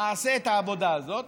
אעשה את העבודה הזאת.